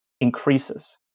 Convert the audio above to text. increases